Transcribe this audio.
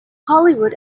hollywood